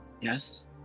Yes